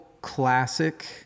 classic